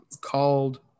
called